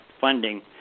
funding